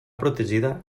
protegida